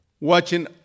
watching